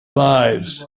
lives